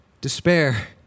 despair